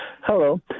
Hello